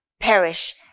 perish